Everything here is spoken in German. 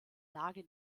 lage